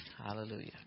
Hallelujah